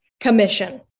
Commission